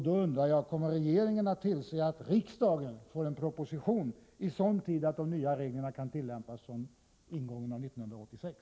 Då undrar jag: Kommer regeringen att tillse att riksdagen får en proposition i sådan tid att de nya reglerna kan tillämpas från ingången av 1986?